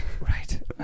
Right